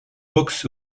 box